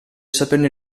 saperne